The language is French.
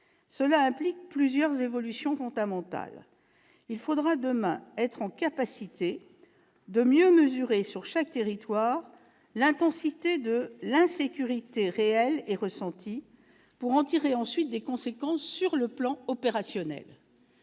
Cela implique plusieurs évolutions fondamentales. Il faudra, demain, être capable de mieux mesurer sur chaque territoire l'intensité de l'insécurité réelle et ressentie, pour en tirer ensuite des conséquences sur le plan opérationnel.